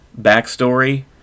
backstory